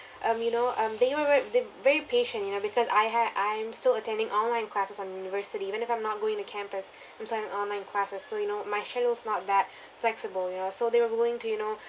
um you know um they were ve~ the very patient you know because I ha~ I'm still attending online classes on university even if I'm not going to campus I'm still in online classes so you know my schedules not that flexible you know so they were willing to you know